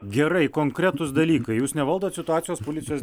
gerai konkretūs dalykai jūs nevaldot situacijos policijos